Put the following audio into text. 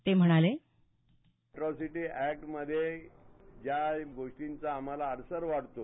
ते म्हणाले atrocity act ज्यागोष्टीचा आम्हाला अडसर वाढतो